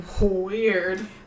Weird